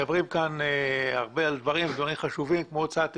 מדברים כאן על הרבה דברים חשובים כמו הוצאת היתרים,